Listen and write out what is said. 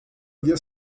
havia